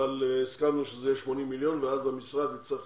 אבל סיכמנו שזה 80 מיליון ואז המשרד יצטרך